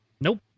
Nope